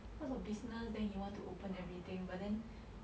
cause of business then he want to open everything but then